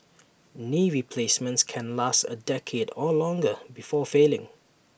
knee replacements can last A decade or longer before failing